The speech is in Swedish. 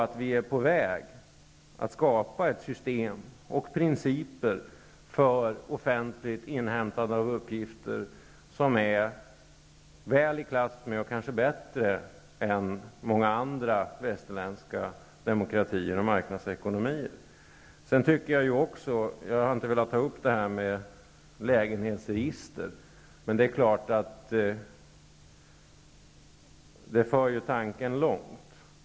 Vi är nu på väg att skapa ett system och principer för offentligt inhämtande av uppgifter, ett system som är väl i klass med och kanske bättre än systemen i många andra västerländska demokratier och marknadsekonomier. Jag har tidigare inte velat ta upp frågan om ett lägenhetsregister, men det för naturligtvis tanken långt.